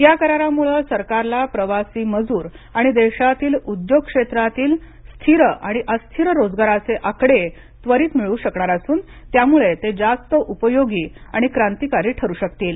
या करारामुळे सरकारला प्रवासी मजूर आणि देशातील उद्योग क्षेत्रातील स्थिर आणि अस्थिर रोजगाराचे आकडे त्वरित मिळू शकणार असून त्यामुळे ते जास्त उपयोगी आणि क्रांतिकारी ठरू शकतील